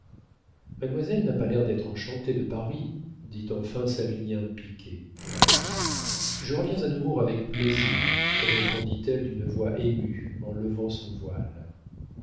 mademoiselle n'a pas l'air d'être enchantée de paris dit enfin savinien piqué je reviens à nemours avec plaisir répondit-elle d'une voix émue en levant son voile